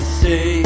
say